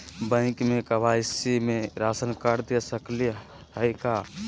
Bank में KYC में ration card दे सकली हई का?